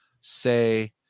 say